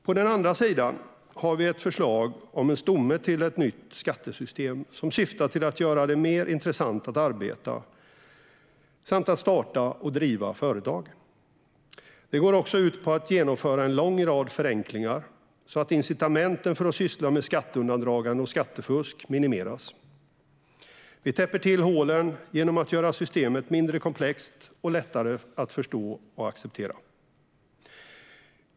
På den andra sidan har vi ett förslag till stomme till ett nytt skattesystem som syftar till att göra det mer intressant att arbeta och att starta och driva företag. Också det går ut på att genomföra en lång rad förenklingar så att incitamenten för att syssla med skatteundandragande och skattefusk minimeras. Vi täpper till hålen genom att göra systemet mindre komplext och lättare att förstå och acceptera.